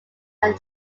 are